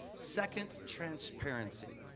second, transparency.